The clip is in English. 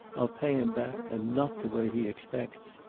i'll pay him back, and not the way he expects.